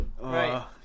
Right